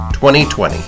2020